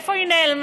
איפה היא נעלמה?